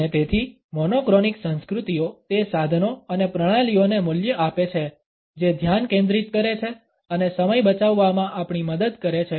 અને તેથી મોનોક્રોનિક સંસ્કૃતિઓ તે સાધનો અને પ્રણાલીઓને મૂલ્ય આપે છે જે ધ્યાન કેન્દ્રિત કરે છે અને સમય બચાવવામાં આપણી મદદ કરે છે